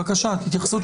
בבקשה, תתייחסו לדברים.